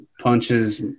punches